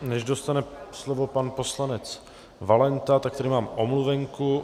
Než dostane slovo pan poslanec Valenta, tak tady mám omluvenku.